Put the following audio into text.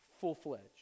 full-fledged